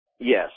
Yes